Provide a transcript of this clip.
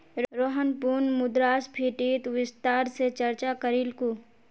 रोहन पुनः मुद्रास्फीतित विस्तार स चर्चा करीलकू